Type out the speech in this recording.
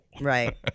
Right